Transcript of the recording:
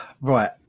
Right